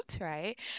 right